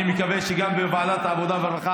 אני מקווה שגם בוועדת העבודה והרווחה,